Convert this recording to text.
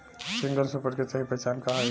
Single super के सही पहचान का हई?